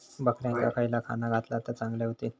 बकऱ्यांका खयला खाणा घातला तर चांगल्यो व्हतील?